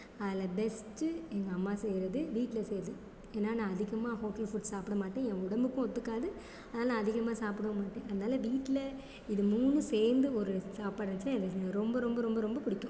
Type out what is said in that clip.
அதில் பெஸ்ட்டு எங்கள் அம்மா செய்யறது வீட்டில் செய்கிறது ஏன்னா நான் அதிகமாக ஹோட்டல் ஃபுட் சாப்பிட மாட்டேன் என் உடம்புக்கும் ஒத்துக்காது அதனால் அதிகமாக சாப்பிடவும் மாட்டேன் அதனால் வீட்டில் இது மூணும் சேர்ந்து ஒரு சாப்பிடறச்ச எனக்கு ரொம்ப ரொம்ப ரொம்ப ரொம்ப பிடிக்கும்